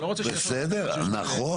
--- אני לא רוצה --- שהם רוצים -- נכון,